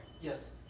Yes